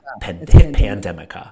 pandemic